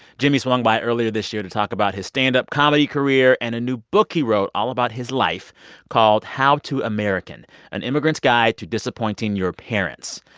jimmy swung by earlier this year to talk about his stand-up comedy career and a new book he wrote all about his life called how to american an immigrant's guide to disappointing your parents.